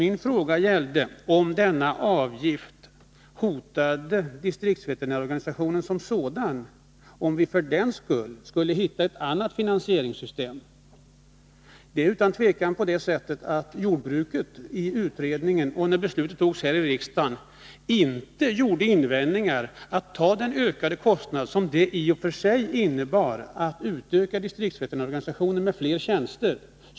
Min fråga avsåg om denna avgift hotade distriktsveterinärorganisationen som sådan och om vi inte för den skull borde försöka komma fram till ett annat finansieringssystem. Det är utan tvivel på det sättet att jordbruket i utredningen och när beslutet fattades här i riksdagen inte gjorde invändningar mot de ökade kostnader som en utökning av distriktsveterinärorganisationen med fler tjänster innebar.